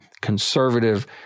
conservative